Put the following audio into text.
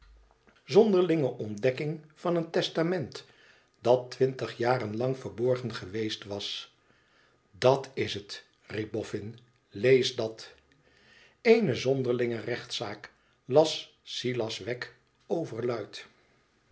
zonderlinge ontdekkingen van een testament dat twintig jaren lang verborgen geweest was dat is het riep bofün lees dat ene zonderlinge rechtzaak las silas wegg overluid